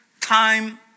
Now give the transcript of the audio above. time